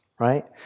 Right